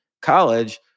college